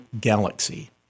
galaxy